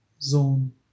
zone